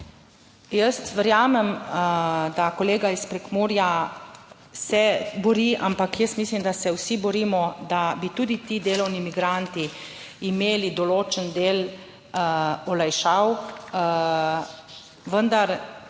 Jaz verjamem, da kolega iz Prekmurja se bori, ampak jaz mislim, da se vsi borimo, da bi tudi ti delovni migranti imeli določen del olajšav. Vendar